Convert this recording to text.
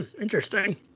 interesting